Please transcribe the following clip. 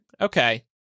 Okay